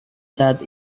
saat